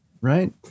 right